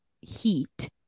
heat